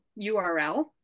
URL